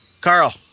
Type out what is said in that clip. carl